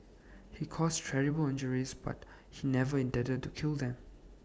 he caused terrible injuries but he never intended to kill them